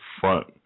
front